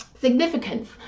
significance